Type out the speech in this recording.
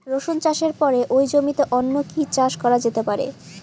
রসুন চাষের পরে ওই জমিতে অন্য কি চাষ করা যেতে পারে?